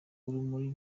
urumuri